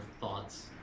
thoughts